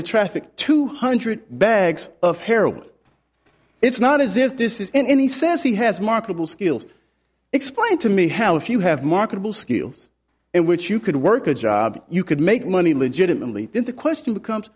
to traffic two hundred bags of heroin it's not as if this is and he says he has marketable skills explained to me how if you have marketable skills and which you could work a job you could make money legitimately then the question becomes